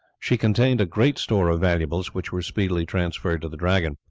she contained a great store of valuables, which were speedily transferred to the dragon.